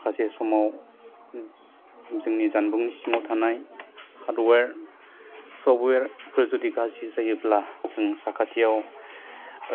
माखासे समाव जोंनि जानबुंनि सिङाव थानाय हार्डवेर सफवेरफोर जुदि गाज्रि जायोब्ला जों साखाथियाव